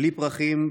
בלי פרחים,